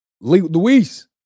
Luis